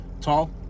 Tall